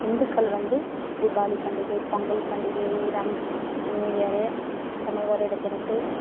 இந்துக்கள் வந்து தீபாவளி பண்டிகை பொங்கல் பண்டிகை ரம்ஜ் நியூ இயரு தமிழ் வருடப்பிறப்பு